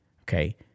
Okay